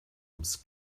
ums